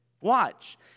Watch